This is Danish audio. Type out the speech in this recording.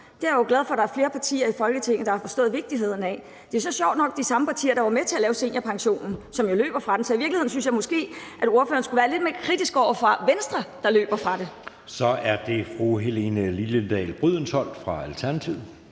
Det er jeg jo glad for at der er flere partier i Folketinget der har forstået vigtigheden af. Det er så sjovt nok de samme partier, der var med til at lave seniorpensionen, som nu løber fra den, så i virkeligheden synes jeg måske, at ordføreren skulle være lidt mere kritisk over for Venstre, der løber fra den. Kl. 13:37 Anden næstformand (Jeppe Søe): Så er det fru Helene Liliendahl Brydensholt fra Alternativet.